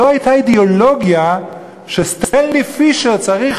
לא הייתה אידיאולוגיה שסטנלי פישר צריך,